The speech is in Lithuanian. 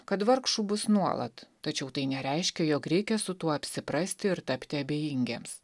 kad vargšų bus nuolat tačiau tai nereiškia jog reikia su tuo apsiprasti ir tapti abejingiems